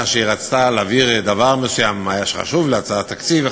כאשר היא רצתה להעביר דבר נוסף שחשוב להצעת תקציב,